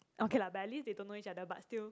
okay lah but at least they don't know each other but still